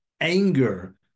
anger